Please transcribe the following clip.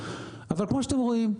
אבל כמו שאתם רואים,